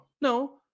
no